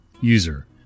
User